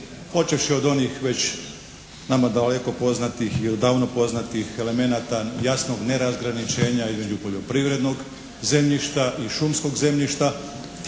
Počevši od onih već nama daleko poznatih i odavno poznatih elemenata jasnog nerazgraničenja između poljoprivrednog zemljišta i šumskog zemljišta,